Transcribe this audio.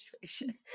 situation